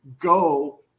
go